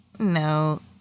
No